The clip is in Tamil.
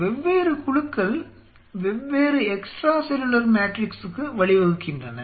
வெவ்வேறு குழுக்கள் வெவ்வேறு எக்ஸ்ட்ரா செல்லுலார் மேட்ரிக்ஸுக்கு வழிவகுக்கின்றன